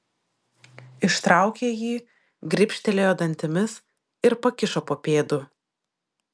ištraukė jį gribštelėjo dantimis ir pakišo po pėdu